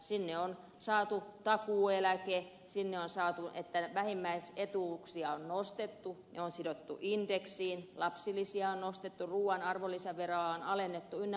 sinne on saatu takuueläke sinne on saatu vähimmäisetuuksien nostaminen ne on sidottu indeksiin lapsilisiä on nostettu ruuan arvonlisäveroa on alennettu ynnä muuta